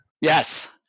yes